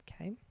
Okay